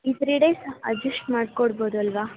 ಈ three days adjust ಮಾಡ್ಕೊಡ್ಬೋದಲ್ವ